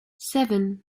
seven